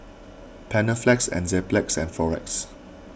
Panaflex Enzyplex and Floxia